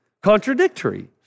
contradictory